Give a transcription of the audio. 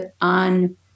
on